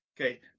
Okay